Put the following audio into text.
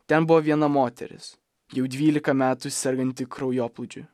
ten buvo viena moteris jau dvylika metų serganti kraujoplūdžiu